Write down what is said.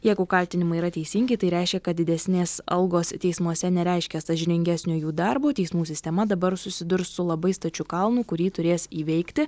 jeigu kaltinimai yra teisingi tai reiškia kad didesnės algos teismuose nereiškia sąžiningesnio jų darbo teismų sistema dabar susidurs su labai stačiu kalnu kurį turės įveikti